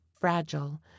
fragile